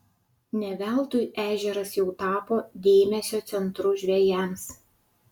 ne veltui ežeras jau tapo dėmesio centru žvejams